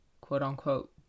quote-unquote